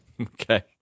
Okay